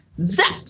Zap